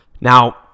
Now